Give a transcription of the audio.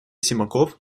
симаков